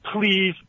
please